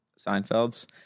Seinfeld's